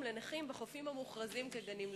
לנכים בחופים המוכרזים כגנים לאומיים?